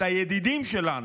את הידידים שלנו,